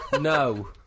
No